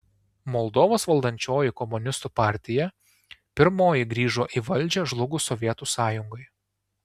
moldovos valdančioji komunistų partija pirmoji grįžo į valdžią žlugus sovietų sąjungai